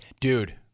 dude